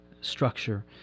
structure